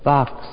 Box